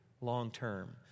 long-term